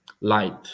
light